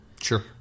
Sure